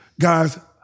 guys